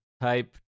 type